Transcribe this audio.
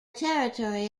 territory